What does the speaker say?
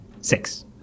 six